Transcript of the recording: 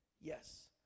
Yes